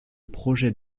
projets